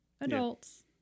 adults